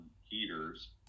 heaters